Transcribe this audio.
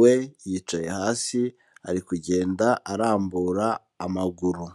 we yicaye hasi ari kugenda arambura amaguru.